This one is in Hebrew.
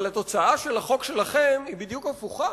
אבל התוצאה של החוק שלכם היא בדיוק הפוכה.